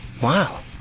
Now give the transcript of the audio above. Wow